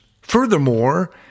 Furthermore